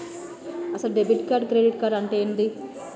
అసలు debit card credit card అంటే ఏంది?